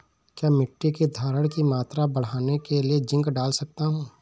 क्या मिट्टी की धरण की मात्रा बढ़ाने के लिए जिंक डाल सकता हूँ?